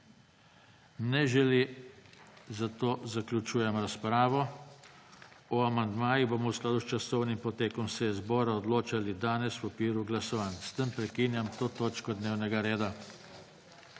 besedo? (Ne.) Zaključujem razpravo. O amandmajih bomo v skladu s časovnim potekom seje zbora odločali danes v okviru glasovanj. S tem prekinjam to točko dnevnega reda.